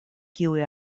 kiuj